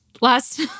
Last